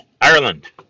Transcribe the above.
ireland